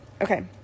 Okay